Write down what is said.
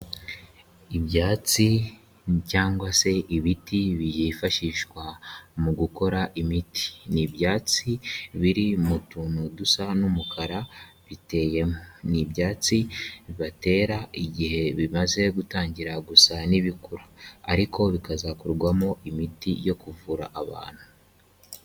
Ibyatsi cyangwa se ibiti byifashishwa mu gukora imiti, n'ibyatsi biri mu tuntu dusa n'umukara biteyemo, n'ibyatsi batera igihe bimaze gutangira gusa n'ibikura, ariko bikazakorwamo imiti yo kuvura abantu.